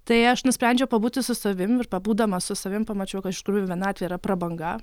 tai aš nusprendžiau pabūti su savim ir pabūdama su savim pamačiau ka iš tikrųjų vienatvė yra prabanga